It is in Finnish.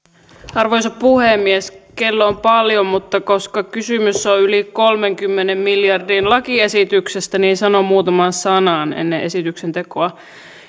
arvoisa puhemies kello on paljon mutta koska kysymys on yli kolmenkymmenen miljardin lakiesityksestä sanon muutaman sanan ennen esityksen tekoa